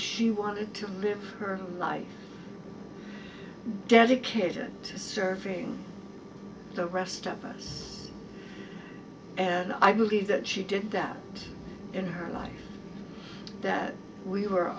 she wanted to live her life dedicated to serving the rest of us and i believe that she did that in her life that we were